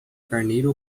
carneiro